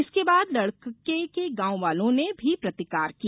इसके बाद लड़का के गांव वालों ने भी प्रतिकार किया